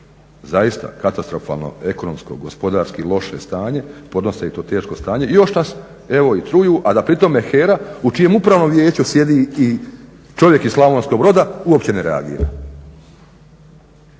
zaista katastrofalno ekonomsko, gospodarski loše stanje, podnose i to teško stanje i još nas evo i truju a da pri tome HERA u čijem Upravnom vijeću sjedi i čovjek iz Slavonskog broda, uopće ne reagira.